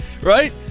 right